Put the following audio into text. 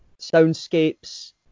soundscapes